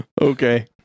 Okay